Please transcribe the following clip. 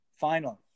final